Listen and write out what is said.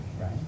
right